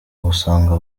gusanga